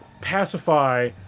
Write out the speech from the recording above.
pacify